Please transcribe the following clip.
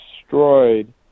destroyed